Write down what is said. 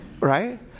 right